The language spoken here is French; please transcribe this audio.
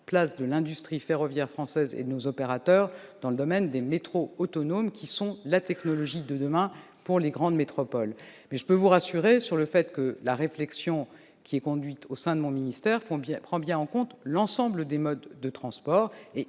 place de l'industrie ferroviaire française et de nos opérateurs dans le domaine des métros autonomes, qui sont la solution technologique de demain pour les grandes métropoles. Je puis vous l'assurer, monsieur le sénateur, la réflexion conduite au sein de mon ministère prend bien en compte l'ensemble des modes de transport,